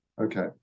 Okay